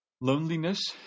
Loneliness